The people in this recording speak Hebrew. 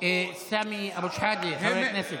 סמי אבו שחאדה, חבר הכנסת,